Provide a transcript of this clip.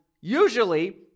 usually